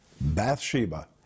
Bathsheba